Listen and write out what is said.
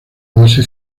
base